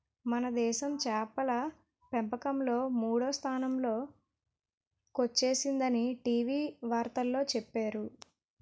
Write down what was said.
మనదేశం చేపల పెంపకంలో మూడో స్థానంలో కొచ్చేసిందని టీ.వి వార్తల్లో చెప్పేరు